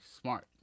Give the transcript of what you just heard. smart